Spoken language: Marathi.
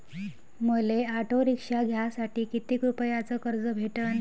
मले ऑटो रिक्षा घ्यासाठी कितीक रुपयाच कर्ज भेटनं?